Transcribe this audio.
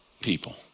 people